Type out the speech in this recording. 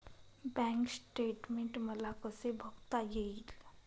Bank statement मला कसे बघता येईल?